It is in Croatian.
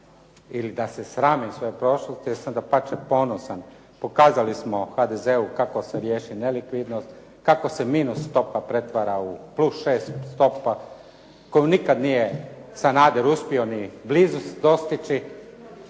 ili da se sramim svoje prošlosti jer sam dapače ponosan. Pokazali smo HDZ-u kako se riješi nelikvidnost, kako se minus stopa pretvara u +6 stopa, koju nikad nije Sanader uspio ni blizu dostići,